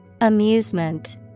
Amusement